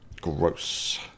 Gross